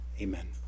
Amen